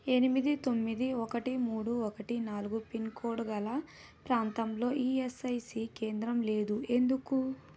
ఎనిమిది తొమ్మిది ఒకటి మూడు ఒకటి నాలుగు పిన్కోడ్గల ప్రాంతంలో ఈఎస్ఐసీ కేంద్రం లేదు ఎందుకు